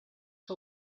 que